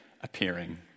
appearing